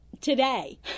today